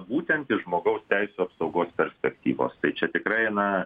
būtent iš žmogaus teisių apsaugos perspektyvos tai čia tikrai na